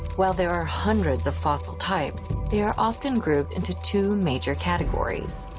while there are hundreds of fossil types, they are often grouped into two major categories,